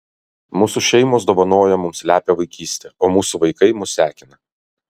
mūsų šeimos dovanojo mums lepią vaikystę o mūsų vaikai mus sekina